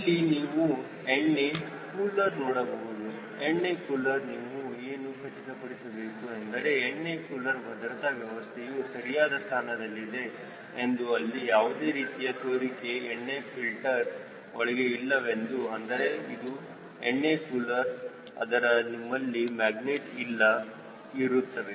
ಇಲ್ಲಿ ನೀವು ಎಣ್ಣೆ ಕೂಲರ್ ನೋಡಬಹುದು ಎಣ್ಣೆ ಕೂಲರ್ನಲ್ಲಿ ನೀವು ಏನು ಖಚಿತಪಡಿಸಬೇಕು ಅಂದರೆ ಎಣ್ಣೆ ಕೂಲರ್ ಭದ್ರತಾ ವ್ಯವಸ್ಥೆಯು ಸರಿಯಾದ ಸ್ಥಾನದಲ್ಲಿದೆ ಎಂದು ಅಲ್ಲಿ ಯಾವುದೇ ರೀತಿಯ ಸೋರಿಕೆ ಎಣ್ಣೆ ಫಿಲ್ಟರ್ ಒಳಗೆ ಇಲ್ಲವೆಂದು ಅಂದರೆ ಇದು ಎಣ್ಣೆ ಕೂಲರ್ ಆದರೆ ನಿಮ್ಮಲ್ಲಿ ಮ್ಯಾಗ್ನೆಟ್ ಇಲ್ಲಿ ಇರುತ್ತವೆ